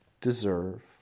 deserve